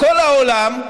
בכל העולם,